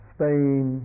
Spain